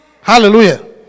Hallelujah